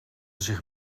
zich